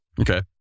Okay